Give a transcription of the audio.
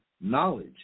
knowledge